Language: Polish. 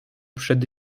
przed